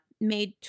made